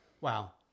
Wow